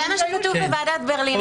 זה מה שכתוב בוועדת ברלינר.